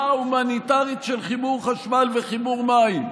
ההומניטרית של חיבור חשמל וחיבור מים.